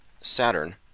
Saturn